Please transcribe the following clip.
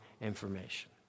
information